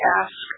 ask